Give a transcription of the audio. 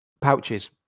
pouches